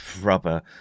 rubber